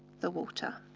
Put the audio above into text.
the water.